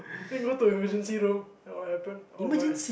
then go to emergency room then what happen oh my